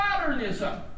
modernism